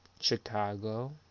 Chicago